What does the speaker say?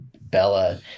Bella